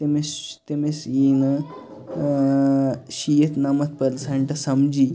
تٔمِس تٔمِس یِیہِ نہٕ شیٖتھ نَمَتھ پٔرسَنٛٹہٕ سَمجِی